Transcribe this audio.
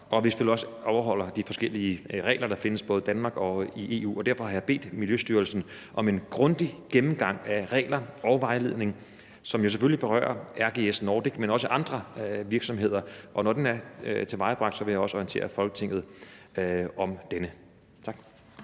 at vi selvfølgelig også overholder de forskellige regler, der findes, både i Danmark og i EU. Derfor har jeg bedt Miljøstyrelsen om en grundig gennemgang af regler og vejledninger, som jo selvfølgelig berører ikke bare RGS Nordic, men også andre virksomheder. Når den er tilvejebragt, vil jeg også orientere Folketinget om den. Tak.